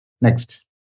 next